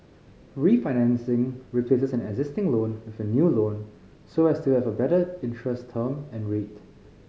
refinancing replaces an existing loan with a new loan so as to have a better interest term and rate